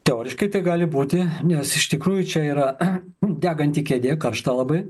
teoriškai tai gali būti nes iš tikrųjų čia yra deganti kėdė karšta labai